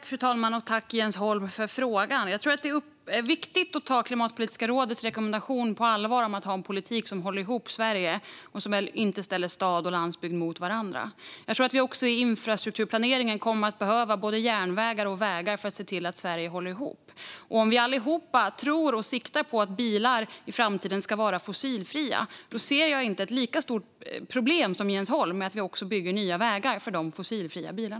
Fru talman! Tack för frågan, Jens Holm! Jag tror att det är viktigt att ta Klimatpolitiska rådets rekommendation på allvar när det gäller att ha en politik som håller ihop Sverige och som inte ställer stad och landsbygd mot varandra. Jag tror att vi även i infrastrukturplaneringen kommer att behöva både järnvägar och vägar för att se till att Sverige håller ihop. Om vi allihop tror och siktar på att bilar i framtiden ska vara fossilfria ser jag inte ett lika stort problem som Jens Holm med att vi även bygger nya vägar för dessa fossilfria bilar.